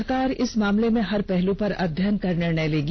सरकार इस मामले में हर पहलू पर अध्ययन कर निर्णय लेगी